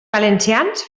valencians